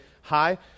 hi